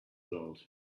world